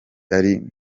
ari